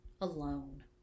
alone